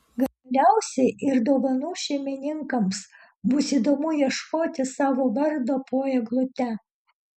galiausiai ir dovanų šeimininkams bus įdomu ieškoti savo vardo po eglute